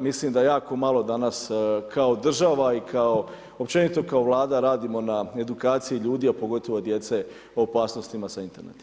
mislim da jako malo danas kao država i kao općenito kao Vlada radimo na edukaciji ljudi, a pogotovo djece o opasnostima sa Interneta.